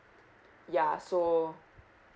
ya so